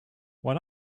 what